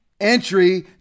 entry